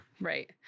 right